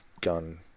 gun